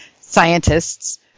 scientists